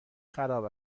خراب